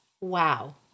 Wow